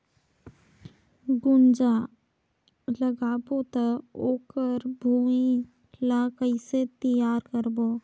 गुनजा लगाबो ता ओकर भुईं ला कइसे तियार करबो?